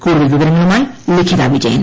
കൂടുതൽ വിവരങ്ങളുമായി ലിഖിത വിജയൻ